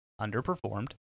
underperformed